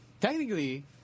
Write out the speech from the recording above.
Technically